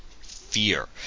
fear